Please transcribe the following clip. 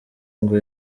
ngo